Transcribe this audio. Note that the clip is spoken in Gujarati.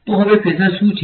તો હવે ફેઝર શું છે